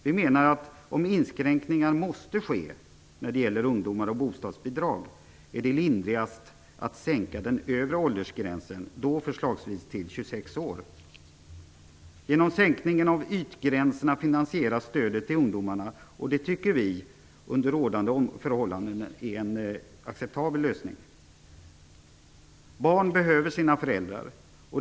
Vi menar att det, om inskränkningar när det gäller ungdomars bostadsbidrag måste ske, är lindrigast att sänka den övre åldersgränsen, förslagsvis till 26 år. Genom sänkningen av ytgränserna finansieras stödet till ungdomarna. Det tycker vi är en acceptabel lösning under rådande förhållanden. Barn behöver sina föräldrar.